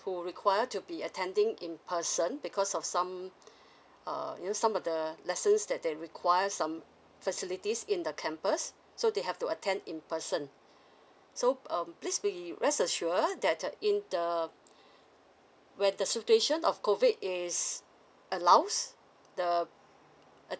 who required to be attending in person because of some err you know some of the lessons that they requires some facilities in the campus so they have to attend in person so um please be rest assured that in the where the situation of COVID is allows the